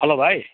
हलो भाइ